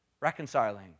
reconciling